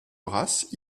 race